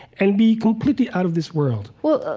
and be completely out of this world? well,